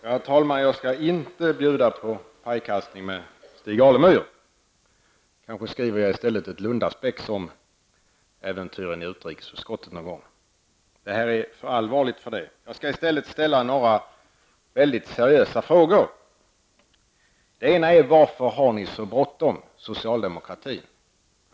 Fru talman! Jag skall inte bjuda på pajkastning med Stig Alemyr, detta är för allvarligt. Kanske skriver jag i stället ett lundaspex om äventyren i utrikesutskottet någon gång. Men jag skall ställa några mycket seriösa frågor. Först och främst: Varför har socialdemokraterna så bråttom?